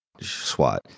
SWAT